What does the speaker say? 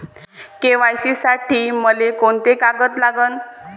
KYC साठी मले कोंते कागद लागन?